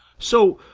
so,